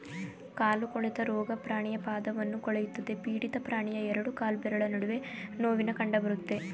ಕಾಲು ಕೊಳೆತ ರೋಗ ಪ್ರಾಣಿಯ ಪಾದವನ್ನು ಕೊಳೆಯುತ್ತದೆ ಪೀಡಿತ ಪ್ರಾಣಿಯ ಎರಡು ಕಾಲ್ಬೆರಳ ನಡುವೆ ನೋವಿನ ಕಂಡಬರುತ್ತೆ